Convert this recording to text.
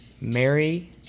Mary